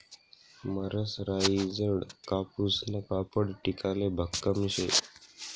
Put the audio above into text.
मरसराईजडं कापूसनं कापड टिकाले भक्कम शे